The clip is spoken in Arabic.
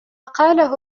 قاله